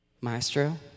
Maestro